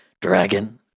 dragon